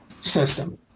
system